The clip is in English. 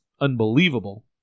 unbelievable